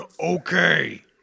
okay